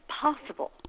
possible